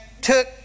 took